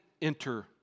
enter